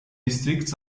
districts